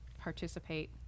participate